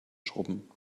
schrubben